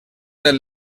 del